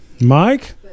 Mike